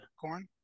Corn